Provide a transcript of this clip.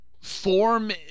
form